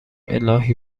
االهی